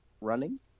running